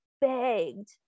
Begged